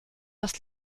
das